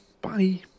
bye